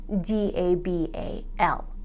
D-A-B-A-L